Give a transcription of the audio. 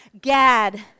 Gad